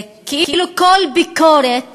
כאילו כל ביקורת